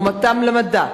תרומתם למדע,